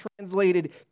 translated